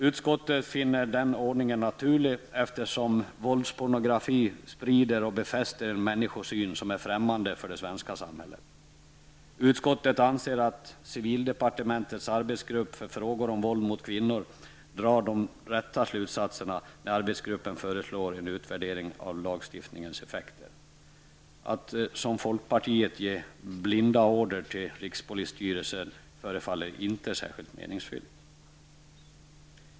Utskottet finner den ordningen naturlig, eftersom våldspornografi sprider och befäster en människosyn som är främmande för det svenska samhället. Utskottet anser att civildepartementets arbetsgrupp för frågor om våld mot kvinnor drar de rätta slutsatserna när man föreslår en utvärdering av lagstiftningens effekter. Att som folkpartiet ge blinda order till rikspolisstyrelsen förefaller inte särskilt meningsfullt.